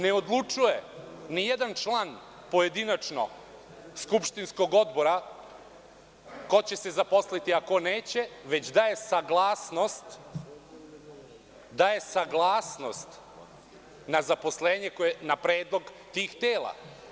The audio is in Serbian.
Ne odlučuje nijedan član pojedinačno skupštinskog odbora ko će se zaposliti a ko neće, već daje saglasnost na zaposlenje, na predlog tih tela.